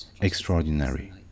extraordinary